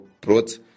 brought